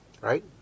right